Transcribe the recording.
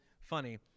funny